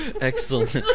excellent